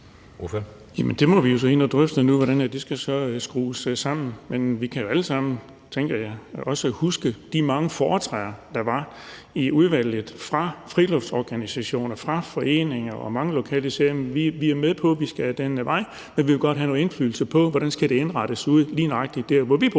Der må vi jo så ind at drøfte nu, hvordan det skal skrues sammen, men vi kan jo alle sammen, tænker jeg, også huske de mange foretræder, der var i udvalget, fra friluftsorganisationer, fra foreninger. Og mange lokale sagde, at de var med på, at de skulle den vej, men at de godt ville have noget indflydelse på, hvordan det skulle indrettes i deres naturnationalpark,